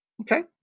Okay